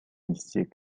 lycées